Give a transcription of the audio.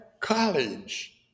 College